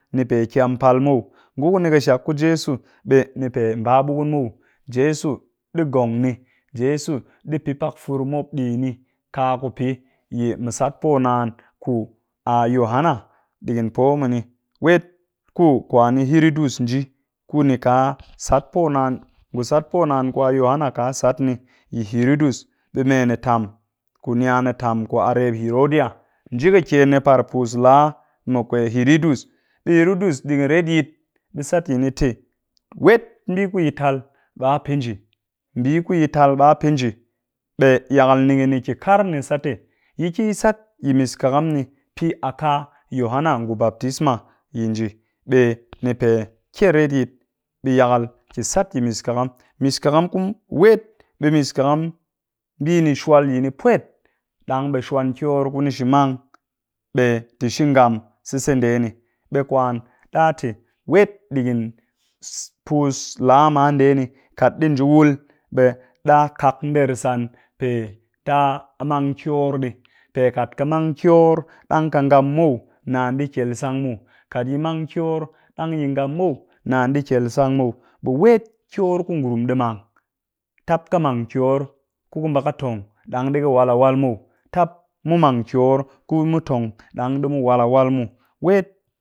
Ni pe kyam pal muw, ngu ku ni ƙɨshak ku jeso ɓe ni pe mba ɓukun muw jeso ɗii ngong ni, jeso ɗii pɨ pak fur mop ɗii yini kaku pɨ yi mu sat poo naan ku a yohana ɗigin poo mini, wet ku kwani hiridus nji ku ni ka sat poo naan ngu sat poo naan ku a yohana ka sat ni yi hiridus, ɓe mme ni tam ku ni a ni tam ku a rep yodiya, nji kakyen par puus laa mɨ hirtidus. ɓe hiridus ɗigin retyit ɓe sat yini te wet mbii ku yi tal ɓe a pɨ nji, mbii ku yi tal ɓa pɨ nji ɓe yakal nigin ni ki kar ni sat te yi ki yi sat yi miskaham ni pɨ a ka yohana ngu baptisma yi nji ɓe ni pe kyel retyit. Yakal ki sat yi miskaham, miskaham ku wet miskaham mbii ni shwal yini pwet ɗang ɓe shwan kyor ku ni shi mang ɓe te shi ngam sise ndee ni. Ɓe kwan ɗa te wet ɗigin puus laa man ndee ni kat ɗi nji wul ɓe ɗa kak nder san, pe ti a mang kyor ɗii pe kat ka mang kyor ɗang ka ngam muw naan ɗi kyel sang muw, kat yi mang kyor ɗang dang yi ngam muw naan di kyel sang muw, ɓe wet kyor ku ngurum ɗi mang tap ka mang kyor ku ka mba ka tong ɗang ɗi ka wal a wal muw tap mu mang kyor ku mu tong ɗang ɗii mu wal a wal muw, wet